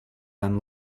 than